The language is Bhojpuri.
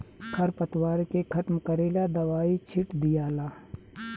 खर पतवार के खत्म करेला दवाई छिट दियाला